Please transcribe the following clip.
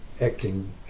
acting